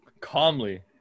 calmly